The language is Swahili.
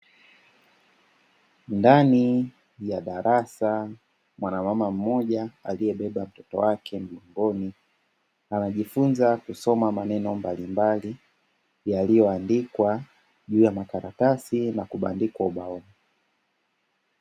Ndani ya darasa mwanamama mmoja aliyebeba mtoto wake mgongoni, anajifunza kusoma maneno mbalimbali yaliyoandikwa juu ya makaratasi na kubandikwa ubaoni.